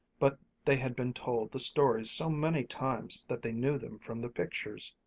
but they had been told the stories so many times that they knew them from the pictures.